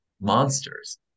monsters